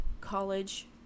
college